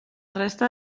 resta